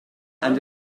and